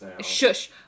shush